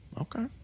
Okay